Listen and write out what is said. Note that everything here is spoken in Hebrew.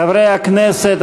חברי הכנסת,